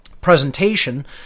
presentation